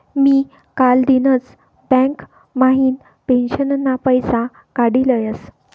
मी कालदिनच बँक म्हाइन पेंशनना पैसा काडी लयस